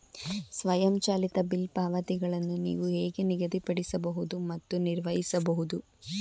ಸ್ವಯಂಚಾಲಿತ ಬಿಲ್ ಪಾವತಿಗಳನ್ನು ನೀವು ಹೇಗೆ ನಿಗದಿಪಡಿಸಬಹುದು ಮತ್ತು ನಿರ್ವಹಿಸಬಹುದು?